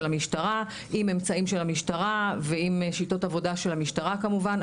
המשטרה עם אמצעים של המשטרה ועם שיטות עבודה של המשטרה כמובן,